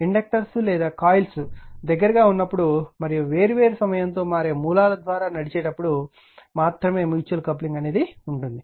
inductors లేదా coils దగ్గరగా ఉన్నప్పుడు మరియు వేర్వేరు సమయం తో మారే మూలాల ద్వారా నడిచేటప్పుడు మాత్రమే మ్యూచువల్ కప్లింగ్ ఉంటుంది